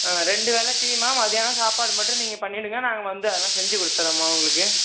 ரெண்டு வேலை டீம்மா மதியானம் சாப்பாடு மட்டும் நீங்கள் பண்ணிவிடுங்க நாங்கள் வந்து அதெல்லாம் செஞ்சு கொடுத்துறேம்மா உங்களுக்கு